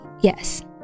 yes